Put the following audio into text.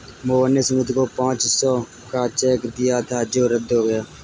मोहन ने सुमित को पाँच सौ का चेक दिया था जो रद्द हो गया